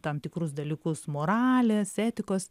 tam tikrus dalykus moralės etikos